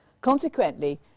Consequently